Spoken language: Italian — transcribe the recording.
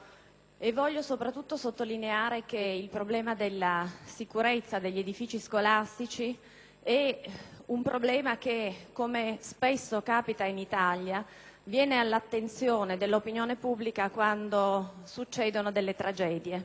Desidero soprattutto sottolineare che il problema della sicurezza degli edifici scolastici, come spesso capita in Italia, viene all'attenzione dell'opinione pubblica quando succedono delle tragedie.